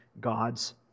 God's